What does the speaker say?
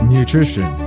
Nutrition